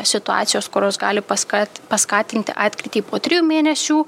situacijos kurios gali paskat paskatinti atkrytį po trijų mėnesių